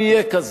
אם יהיה כזה,